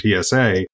TSA